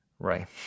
Right